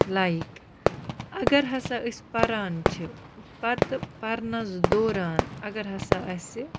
like اَگَر ہَسا أسۍ پَران چھِ پَتہٕ پَرنَس دوران اگر ہَسا اَسہِ